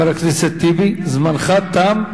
חבר הכנסת טיבי, זמנך תם.